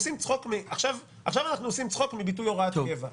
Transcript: עכשיו אנחנו עושים צחוק מהביטוי "הוראת קבע".